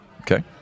Okay